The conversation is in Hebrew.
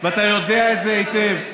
ואתה יודע את זה היטב,